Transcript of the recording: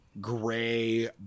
gray